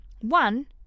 One